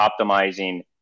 optimizing